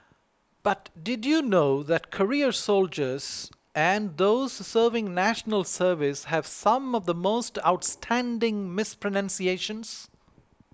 but did you know that career soldiers and those serving National Service have some of the most outstanding mispronunciations